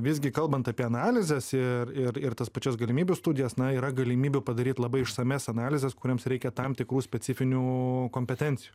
visgi kalbant apie analizes ir ir ir tas pačias galimybių studijas na yra galimybių padaryt labai išsamias analizes kurioms reikia tam tikrų specifinių kompetencijų